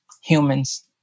humans